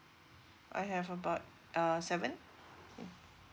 I have about uh seven